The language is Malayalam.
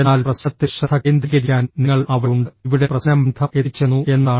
എന്നാൽ പ്രശ്നത്തിൽ ശ്രദ്ധ കേന്ദ്രീകരിക്കാൻ നിങ്ങൾ അവിടെയുണ്ട് ഇവിടെ പ്രശ്നം ബന്ധം എത്തിച്ചേർന്നു എന്നതാണ്